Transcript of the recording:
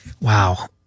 Wow